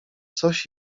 coś